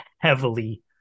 heavily